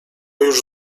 już